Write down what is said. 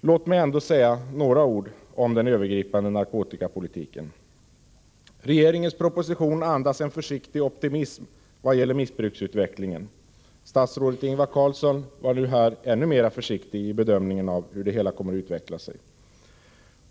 Låt mig ändå säga några ord om den övergripande narkotikapolitiken. Regeringens proposition andas en försiktig optimism i vad gäller missbruksutvecklingen. Statsrådet Ingvar Carlsson var här ännu mer försiktig i bedömningen av hur det hela kommer att utveckla sig.